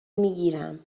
میگیرم